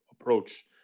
approach